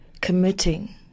committing